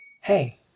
hey